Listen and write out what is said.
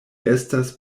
estas